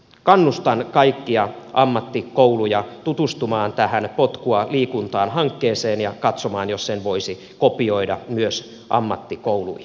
kannustan kaikkia ammattikouluja tutustumaan tähän potkua liikuntaan hankkeeseen ja katsomaan jos sen voisi kopioida myös ammattikouluihin